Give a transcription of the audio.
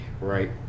right